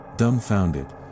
Dumbfounded